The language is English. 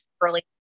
early